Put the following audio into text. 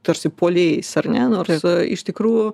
tarsi puolėjais ar ne nors iš tikrųjų